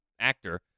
actor